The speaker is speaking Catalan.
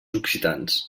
occitans